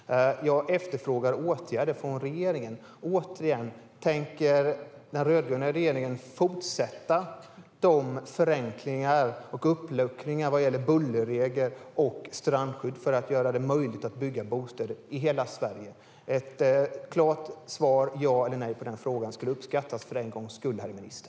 Jag efterfrågar åtgärder från regeringen. Återigen: Tänker den rödgröna regeringen fortsätta med förenklingar och uppluckringar av bullerregler och strandskydd för att göra det möjligt att bygga bostäder i hela Sverige? Ett klart svar för en gångs skull, ja eller nej på den frågan, skulle uppskattas, herr minister.